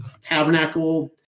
Tabernacle